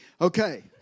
okay